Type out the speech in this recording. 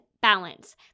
balance